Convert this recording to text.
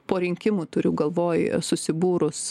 po rinkimų turiu galvoj susibūrus